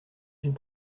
d’une